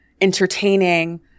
entertaining